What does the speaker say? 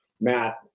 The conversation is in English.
matt